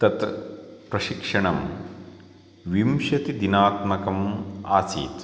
तत् प्रशिक्षणं विंशतिदिनात्मकम् आसीत्